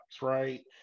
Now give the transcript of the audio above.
right